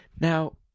Now